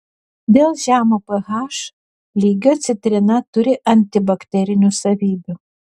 dėl žemo ph lygio citrina turi antibakterinių savybių